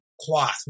cloth